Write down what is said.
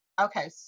Okay